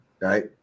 right